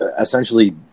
essentially